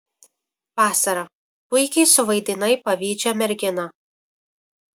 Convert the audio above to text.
vasara puikiai suvaidinai pavydžią merginą